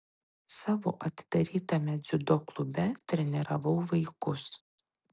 savo atidarytame dziudo klube treniravau vaikus